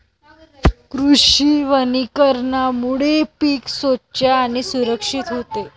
कृषी वनीकरणामुळे पीक स्वच्छ आणि सुरक्षित होते